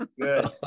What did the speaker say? good